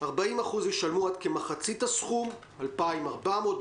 40% ישלמו עד כמחצית הסכום 2,400 שקל.